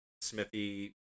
Smithy